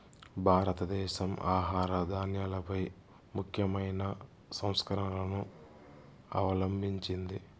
భారతదేశం ఆహార ధాన్యాలపై ముఖ్యమైన సంస్కరణలను అవలంభించింది